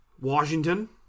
Washington